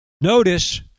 notice